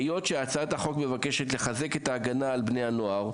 היות שהצעת החוק מבקשת לחזק את ההגנה על בני הנוער,